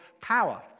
power